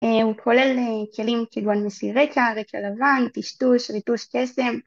הוא כולל כלים כגון מסירי רקע, רקע לבן, טשטוש, ריטוש קסם.